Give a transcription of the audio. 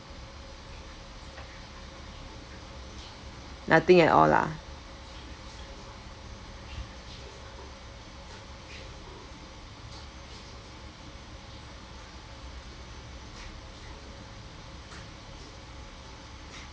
nothing at all lah